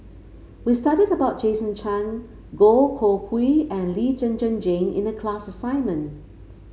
we studied about Jason Chan Goh Koh Pui and Lee Zhen Zhen Jane in the class assignment